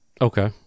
Okay